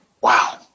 Wow